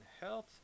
health